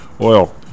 Oil